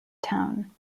town